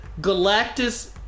Galactus